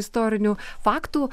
istorinių faktų